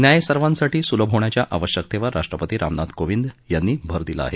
न्याय सर्वांसाठी सुलभ होण्याच्या आवश्यकतेवर राष्ट्रपती रामनाथ कोविंद यांनी भर दिला आहे